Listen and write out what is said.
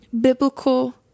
biblical